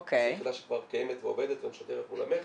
זו יחידה שכבר קיימת ועובדת ומשתפת פעולה עם המכס.